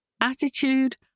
attitude